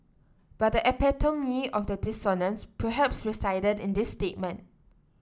but the epitome of the dissonance perhaps resided in this statement